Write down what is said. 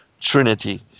trinity